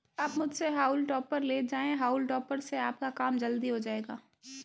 आप मुझसे हॉउल टॉपर ले जाएं हाउल टॉपर से आपका काम जल्दी हो जाएगा